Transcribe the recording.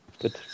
Good